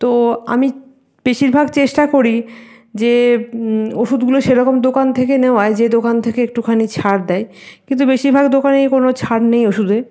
তো আমি বেশিরভাগ চেষ্টা করি যে ওষুধগুলো সেরকম দোকান থেকে নেওয়ায় যে দোকান থেকে একটুখানি ছাড় দেয় কিন্তু বেশিরভাগ দোকানেই কোনো ছাড় নেই ওষুধে